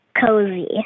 cozy